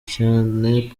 cyane